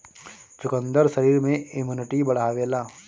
चुकंदर शरीर में इमुनिटी बढ़ावेला